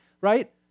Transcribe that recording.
right